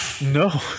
No